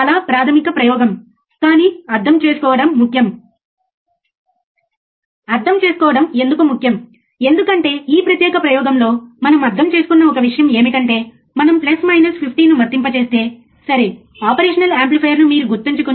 కాబట్టి ఈ ప్రత్యేకమైన మాడ్యూల్లో మనం స్లీవ్ రేట్ ఏమిటో అర్థం చేసుకున్నాము మనం స్లీవ్ రేటును ఎలా కొలవగలమో ఒక ప్రయోగాన్ని చూశాము